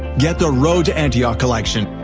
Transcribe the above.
get the road to antioch collection,